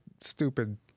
stupid